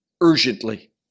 urgently